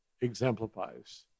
exemplifies